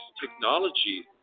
technology